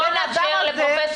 בואו נאפשר לפרופ'